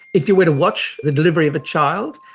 if you were to watch the delivery of a child,